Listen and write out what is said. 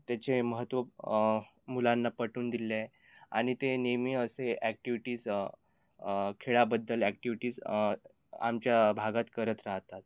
त्याचे महत्त्व मुलांना पटवून दिलेले आहे आणि ते नेहमी असे ॲक्टिव्हिटीज खेळाबद्दल ॲक्टिव्हिटीज आमच्या भागात करत राहतात